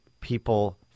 people